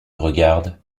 regardes